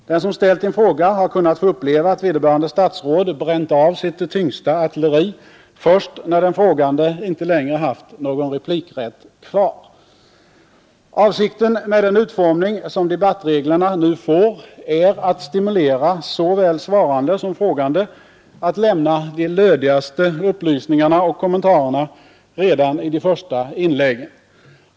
Den som ställt en fråga har kunnat få uppleva att vederbörande statsråd bränt av sitt tyngsta artilleri först när den frågande inte längre haft någon replikrätt kvar. Avsikten med den utformning som debattreglerna nu får är att stimulera såväl svarande som frågande att lämna de lödigaste upplysningarna och kommentarerna redan i de första inläggen.